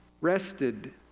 rested